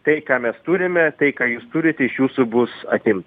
tai ką mes turime tai ką jūs turite iš jūsų bus atimt